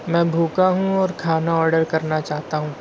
میں بھوکا ہوں اور کھانا آڈر کرنا چاہتا ہوں